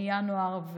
מינואר,